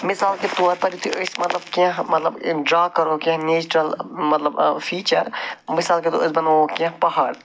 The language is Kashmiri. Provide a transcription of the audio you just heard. مِثال کے طور پَر یِتھُے أسۍ مطلب کیٚنٛہہ مطلب یِم ڈرٛا کَرو یِم نیچرَل مطلب آ فیٖچر مِثال کہِ طور پَر أسۍ بَناوو کیٚنٛہہ پَہاڑ